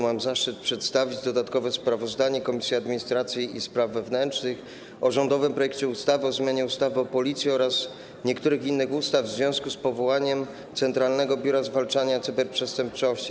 Mam zaszczyt przedstawić dodatkowe sprawozdanie Komisji Administracji i Spraw Wewnętrznych o rządowym projekcie ustawy o zmianie ustawy o Policji oraz niektórych innych ustaw w związku z powołaniem Centralnego Biura Zwalczania Cyberprzestępczości.